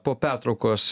po pertraukos